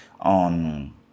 on